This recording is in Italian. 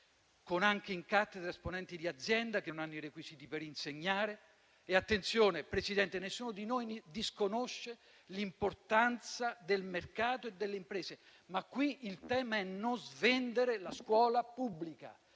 con anche in cattedra esponenti di aziende, che non hanno i requisiti per insegnare. Attenzione, Presidente, nessuno di noi disconosce l'importanza del mercato e delle imprese, ma qui il tema è non svendere la scuola pubblica